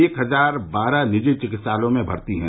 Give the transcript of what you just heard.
एक हजार बारह निजी चिकित्सालयों में भर्ती हैं